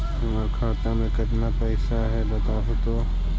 हमर खाता में केतना पैसा है बतहू तो?